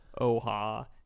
oha